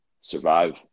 survive